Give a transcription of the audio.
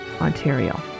Ontario